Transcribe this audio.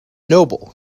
noble